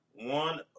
One